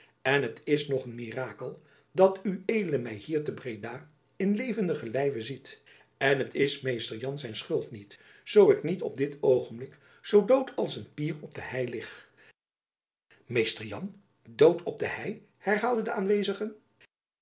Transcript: en het is nog een mirakel dat ued my hier te breda in levendigen lijve ziet en t is mr jan zijn schuld niet zoo ik niet op dit oogenblik zoo dood als een pier op de hei lig mr jan dood op de hei herhaalden de aanwezigen